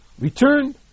return